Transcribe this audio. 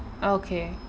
okay